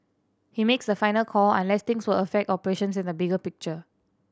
he makes the final call unless things will affect operations in the bigger picture